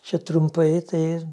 čia trumpai tai